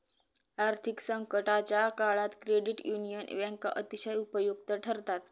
आर्थिक संकटाच्या काळात क्रेडिट युनियन बँका अतिशय उपयुक्त ठरतात